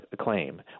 claim